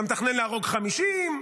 אתה מתכנן להרוג 50,